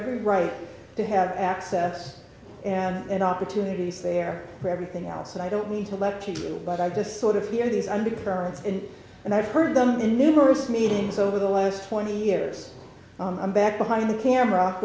every right to have access and opportunities there for everything else and i don't need to lead people but i just sort of hear this undercurrents and and i've heard them in numerous meetings over the last twenty years i'm back behind the camera